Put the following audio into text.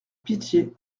pitié